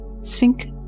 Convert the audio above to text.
sink